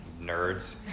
Nerds